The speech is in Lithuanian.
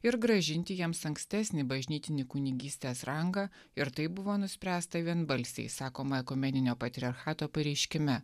ir grąžinti jiems ankstesnį bažnytinį kunigystės rangą ir tai buvo nuspręsta vienbalsiai sakoma ekumeninio patriarchato pareiškime